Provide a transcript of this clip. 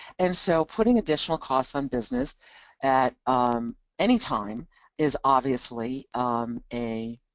and so putting additional costs on business at any time is obviously a